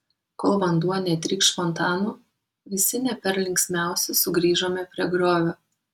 kol vanduo netrykš fontanu visi ne per linksmiausi sugrįžome prie griovio